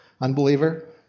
unbeliever